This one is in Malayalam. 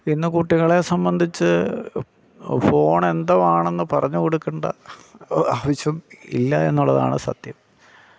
ഇന്ന് കുട്ടികളെ സംബന്ധിച്ച് ഫോൺ എന്തോ ആണെന്നു പറഞ്ഞു കൊടുക്കേണ്ട ആവശ്യം ഇല്ല എന്നുള്ളതാണ് സത്യം